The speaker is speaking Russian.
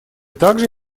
также